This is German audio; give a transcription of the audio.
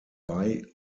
bei